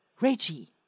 Reggie